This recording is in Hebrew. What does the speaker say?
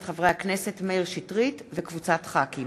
מאת חברי הכנסת אברהם מיכאלי ויעקב מרגי,